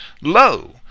Lo